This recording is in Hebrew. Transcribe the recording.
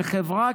של חברה,